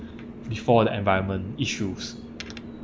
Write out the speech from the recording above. before the environment issues